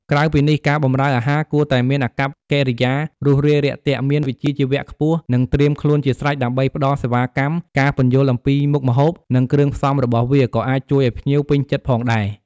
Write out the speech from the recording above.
ក្រៅពីនេះ ការបម្រើអាហារ គួរតែមានអាកប្បកិរិយារួសរាយរាក់ទាក់ មានវិជ្ជាជីវៈខ្ពស់ និងត្រៀមខ្លួនជាស្រេចដើម្បីផ្តល់សេវាកម្ម ការពន្យល់អំពីមុខម្ហូប និងគ្រឿងផ្សំរបស់វា ក៏អាចជួយឲ្យភ្ញៀវពេញចិត្តផងដែរ។